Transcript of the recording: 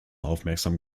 aufmerksam